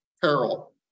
peril